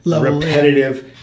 repetitive